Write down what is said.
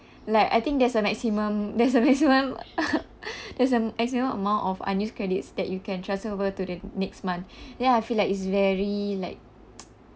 like I think there's a maximum there's a maximum there's a maximum amount of unused credits that you can transfer over to the next month then I feel like is very like